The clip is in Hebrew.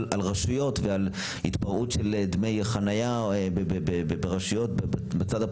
רשויות ועל התפרעות של דמי חניה ברשויות בצד הפרטי,